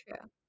True